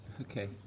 Okay